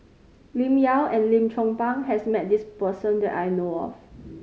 Lim Yau and Lim Chong Pang has met this person that I know of